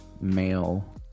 male